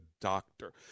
doctor